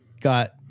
got